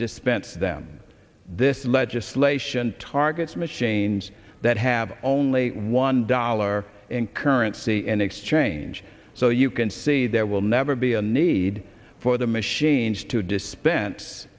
dispense them this legislation targets machines that have only one dollar in currency in exchange so you can see there will never be a need for the machines to dispense